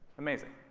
amazing!